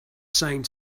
same